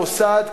מוסד,